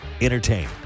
Entertain